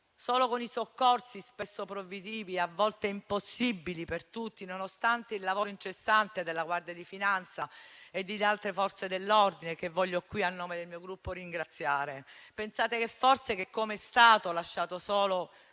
Solo con i soccorsi, spesso proibitivi e a volte impossibili per tutti, nonostante il lavoro incessante della Guardia di finanza e di altre Forze dell'ordine, che voglio qui ringraziare, a nome del mio Gruppo? Pensate forse che, com'è stato lasciato solo